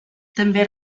també